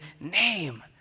name